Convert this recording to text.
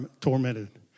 Tormented